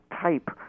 type